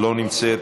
לא נמצאת.